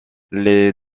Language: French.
les